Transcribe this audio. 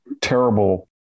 terrible